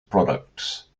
products